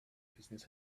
business